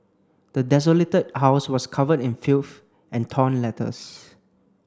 the desolated house was covered in filth and torn letters